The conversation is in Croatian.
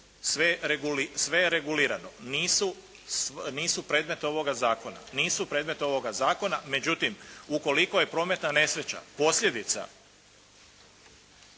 sve je regulirano. Nisu predmet ovoga zakona. Međutim, ukoliko je prometna nesreća posljedica